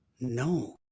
No